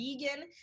vegan